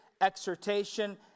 exhortation